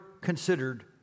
considered